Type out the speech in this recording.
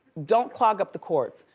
don't clog up the courts.